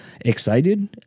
excited